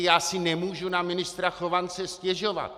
Já si nemůžu na ministra Chovance stěžovat.